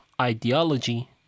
ideology